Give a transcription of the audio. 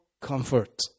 comfort